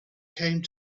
came